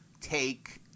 take –